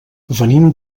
venim